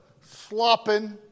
slopping